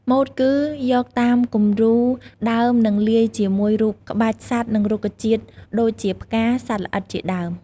ម៉ូតគឺ យកតាមគំរូដើមនិងលាយជាមួយ រូបក្បាច់សត្វនិងរុក្ខជាតិដូចជាផ្កា សត្វល្អិត ជាដើម។